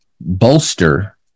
bolster